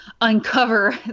uncover